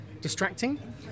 distracting